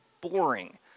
boring